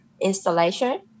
installation